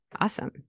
Awesome